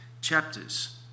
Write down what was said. chapters